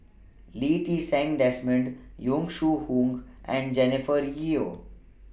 Lee Ti Seng Desmond Yong Shu Hoong and Jennifer Yeo